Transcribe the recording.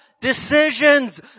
decisions